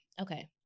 Okay